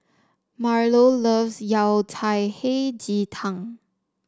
Marlo loves Yao Cai Hei Ji Tang